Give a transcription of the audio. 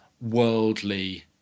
worldly